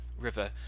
river